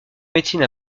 médecine